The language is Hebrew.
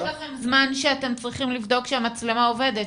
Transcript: אבל יש לכם זמן שאתם צריכים לבדוק שהמצלמה עובדת,